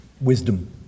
wisdom